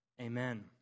amen